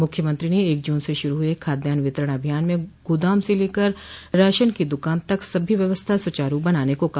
मुख्यमंत्री ने एक जून से शुरू हुए खाद्यान वितरण अभियान में गोदाम से लेकर राशन की दुकान तक सभी व्यवस्था सुचारू बनाने को कहा